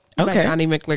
okay